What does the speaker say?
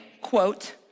quote